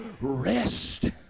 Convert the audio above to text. rest